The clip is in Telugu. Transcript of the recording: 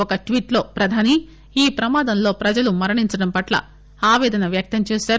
ఒక ట్వీట్లో ప్రధాని ఈ ప్రమాదంలో ప్రజలు మరణించడం పట్ల ఆపేదన వ్యక్తం చేశారు